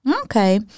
okay